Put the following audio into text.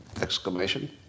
exclamation